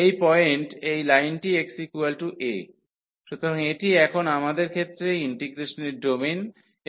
এই পয়েন্ট এই লাইনটি xa সুতরাং এটি এখন আমাদের ক্ষেত্রে ইন্টিগ্রেশনের ডোমেন